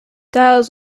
diels